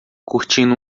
curtindo